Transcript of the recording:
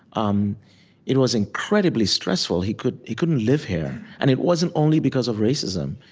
um it was incredibly stressful. he couldn't he couldn't live here. and it wasn't only because of racism.